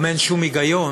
גם אין שום היגיון